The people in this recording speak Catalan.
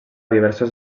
diversos